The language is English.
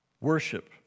Worship